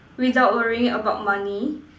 without worrying about money